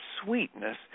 sweetness